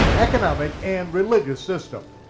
economic, and religious system.